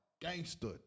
gangster